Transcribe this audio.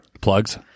Plugs